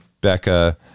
Becca